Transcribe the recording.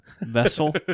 vessel